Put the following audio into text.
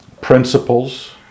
principles